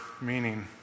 meaning